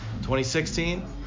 2016